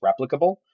replicable